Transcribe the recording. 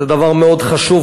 זה דבר מאוד חשוב,